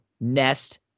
Nest